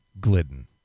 Glidden